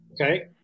Okay